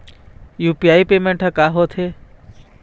UPI payment हर का होते?